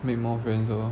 make more friends lor